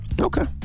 Okay